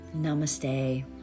Namaste